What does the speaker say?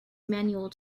manual